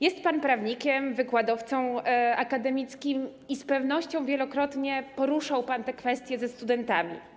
Jest pan prawnikiem, wykładowcą akademickim i z pewnością wielokrotnie poruszał pan te kwestie ze studentami.